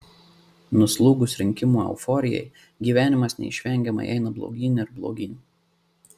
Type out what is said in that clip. nuslūgus rinkimų euforijai gyvenimas neišvengiamai eina blogyn ir blogyn